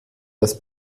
das